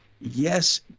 Yes